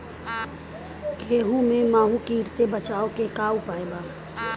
गेहूँ में माहुं किट से बचाव के का उपाय बा?